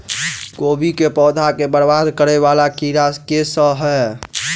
कोबी केँ पौधा केँ बरबाद करे वला कीड़ा केँ सा है?